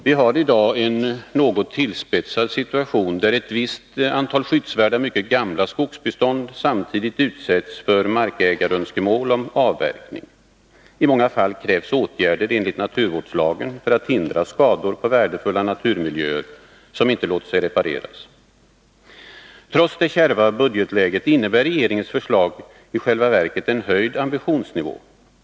Vi har i dag en — område något tillspetsad situation, där ett visst antal skyddsvärda mycket gamla skogsbestånd samtidigt utsätts för markägarönskemål om avverkning. I många fall krävs åtgärder enligt naturvårdslagen för att hindra skador på värdefulla naturmiljöer som inte låter sig repareras. Trots det kärva budgetläget innebär regeringens förslag i själva verket en höjd ambitionsnivå.